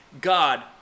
God